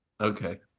okay